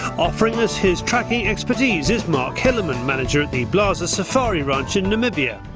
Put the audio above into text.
offering us his tracking expertise is marc hillerman, manager at the blaser safari ranch in namibia.